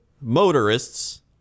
motorists